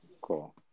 Cool